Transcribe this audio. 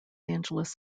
angeles